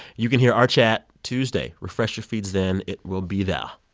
you can hear our chat tuesday. refresh your feeds then. it will be there.